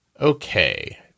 Okay